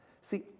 see